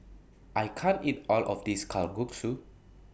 I can't eat All of This Kalguksu